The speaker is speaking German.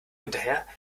hinterher